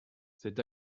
c’est